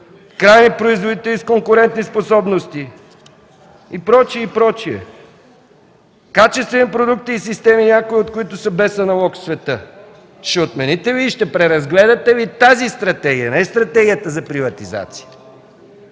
„Крайни производители с конкурентни способности” и прочие, и прочие. „Качествени продукти и системи, някои от които са без аналог в света”. Ще отмените и преразгледате ли тази стратегия, не стратегията за приватизация?